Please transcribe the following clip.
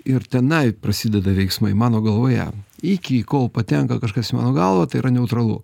ir tenai prasideda veiksmai mano galvoje iki kol patenka kažkas į mano galvą tai yra neutralu